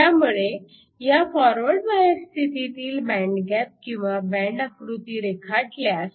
त्यामुळे ह्या forward bias स्थितीतील बँड गॅप किंवा बँड आकृती रेखाटल्यास